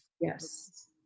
Yes